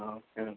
ആ ഓക്കെ